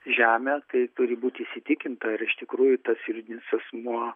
žemę tai turi būt įsitikinta ar iš tikrųjų tas juridinis asmuo